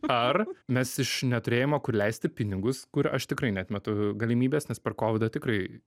ar mes iš neturėjimo kur leisti pinigus kur aš tikrai neatmetu galimybės nes per kovidą tikrai